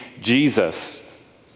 Jesus